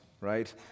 right